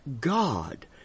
God